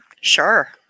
sure